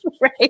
Right